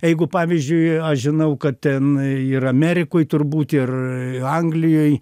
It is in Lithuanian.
eigu pavyzdžiui aš žinau kad ten ir amerikoje turbūt ir anglijoj